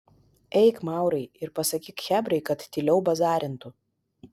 eik maurai ir pasakyk chebrai kad tyliau bazarintų